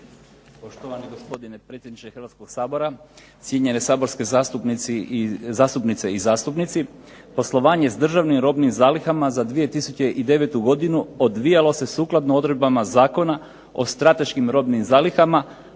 Poštovani gospodine predsjedniče Hrvatskog sabora, cijenjene saborske zastupnice i zastupnici. Poslovanje s Državnim robnim zalihama za 2009. godinu odvijalo se sukladno odredbama Zakona o strateškim robnim zalihama,